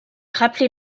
rappelé